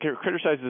criticizes